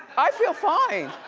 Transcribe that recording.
i feel fine.